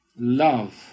Love